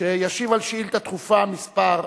להשיב על שאילתא דחופה מס'